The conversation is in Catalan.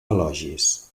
elogis